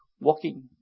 walking